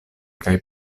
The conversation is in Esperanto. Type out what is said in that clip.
kaj